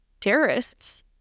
terrorists